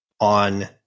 on